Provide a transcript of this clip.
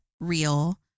real